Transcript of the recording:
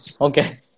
Okay